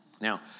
Now